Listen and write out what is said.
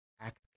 act